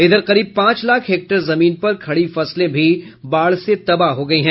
इधर करीब पांच लाख हेक्टेयर जमीन पर खडी फसलें भी बाढ़ से तबाह हो गई हैं